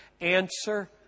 answer